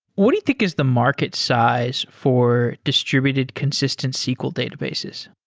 what do you think is the market size for distributed consistent sql databases?